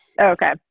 Okay